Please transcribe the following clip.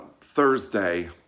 Thursday